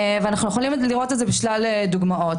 ואנחנו יכולים לראות את זה בשלל דוגמאות.